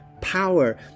power